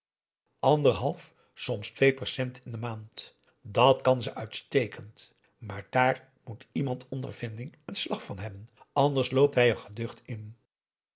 anderhalf soms twee percent in de maand dàt kan ze uitstekend maar daar moet iemand ondervinding en slag van hebben anders loopt hij er geducht in